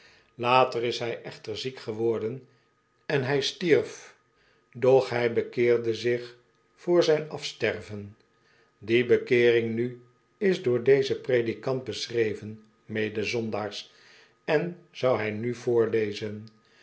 later is hij echter ziek geworden en hij stierf doch hij bekeerde zich vr zijn afsterven die bekeering nu is door dezen predikant beschreven mede zondaars en zou hij u voorlezen